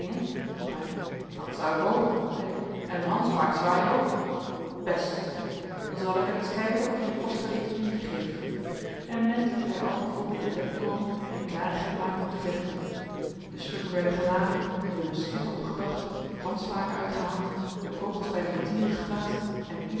dat zou ik hopen zei ik en een handspaak zwaaien ook best zei hij dan zal ik ereis kijken of je de kost verdient dien ik je geef en met liet hij al het volk op het dek komen en klarigheid maken om te vechten de stukken werden geladen de musketten opgebracht handspaken uitgehaald de kogels bij de mortieren geplaatst en ieder